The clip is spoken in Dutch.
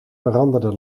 veranderde